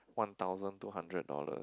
one thousand two hundred dollars